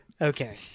Okay